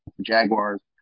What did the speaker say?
Jaguars